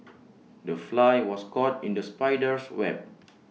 the fly was caught in the spider's web